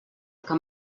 que